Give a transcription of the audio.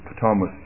Thomas